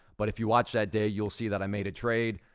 but if you watch that day, you'll see that i made a trade.